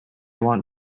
want